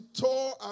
tore